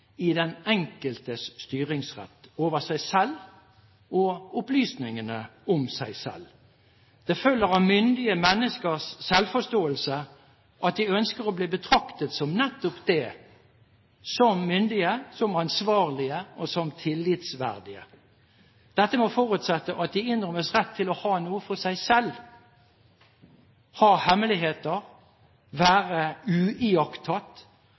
i den enkeltes styringsrett over seg selv og opplysningene om seg selv. Det følger av myndige menneskers selvforståelse at de ønsker å bli betraktet som nettopp det, som myndige, ansvarlige og tillitsverdige. Dette må forutsette at de innrømmes rett til å ha noe for seg selv, ha hemmeligheter, være